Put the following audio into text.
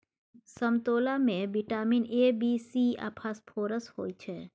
समतोला मे vitamin A, B, C आ फास्फोरस होइ छै